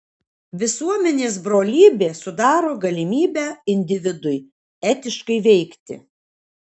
visuomenės brolybė sudaro galimybę individui etiškai veikti